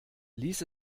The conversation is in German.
lies